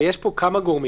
הרי יש פה כמה דברים.